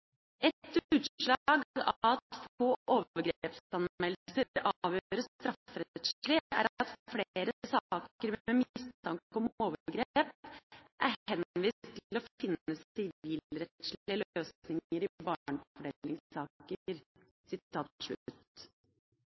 utslag av at få overgrepsanmeldelser avgjøres strafferettslig, er at flere saker med mistanke om overgrep er henvist til å finne sivilrettslige løsninger i